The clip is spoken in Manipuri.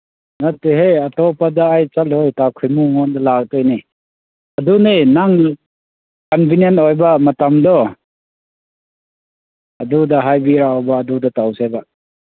ꯅꯠꯇꯦꯍꯦ ꯑꯇꯣꯞꯄꯗ ꯑꯩ ꯆꯠꯂꯣꯏ ꯇꯥ ꯈꯣꯏꯃꯨ ꯅꯉꯣꯟꯗ ꯂꯥꯛꯇꯣꯏꯅꯦ ꯑꯗꯨꯅꯦ ꯅꯪ ꯀꯟꯚꯤꯅꯦꯟ ꯑꯣꯏꯕ ꯃꯇꯝꯗꯣ ꯑꯗꯨꯗ ꯍꯥꯏꯕꯤꯔꯛꯑꯣꯕ ꯑꯗꯨꯗ ꯇꯧꯁꯦꯕ